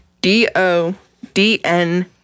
D-O-D-N